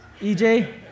EJ